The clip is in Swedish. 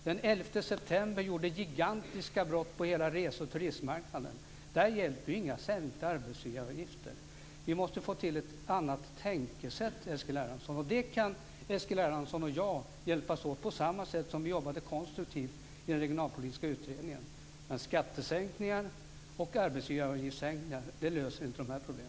Den 11 september gjorde gigantiska brott på hela rese och turistmarknaden. Där hjälper inte några sänkta arbetsgivaravgifter. Vi måste få till ett annat tänkesätt, Eskil Erlandsson. Och det kan Eskil Erlandsson och jag hjälpas åt med på samma sätt som vi jobbade konstruktivt i den regionalpolitiska utredningen. Men skattesänkningar och arbetsgivaravgiftssänkningar löser inte dessa problem.